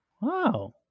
Wow